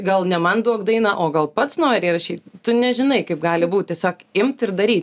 gal ne man duok dainą o gal pats nori įrašyt tu nežinai kaip gali būt tiesiog imt ir daryt